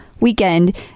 Weekend